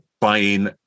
buying